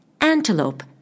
Antelope